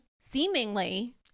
Seemingly